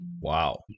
Wow